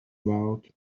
about